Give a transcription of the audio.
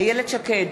איילת שקד,